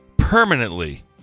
permanently